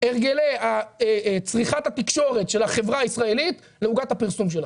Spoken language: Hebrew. הרגלי צריכת התקשורת של החברה הישראלית לבין עוגת הפרסום שלכם.